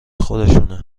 خودشونه